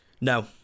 No